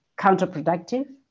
counterproductive